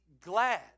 glad